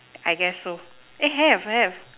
I guess so eh have have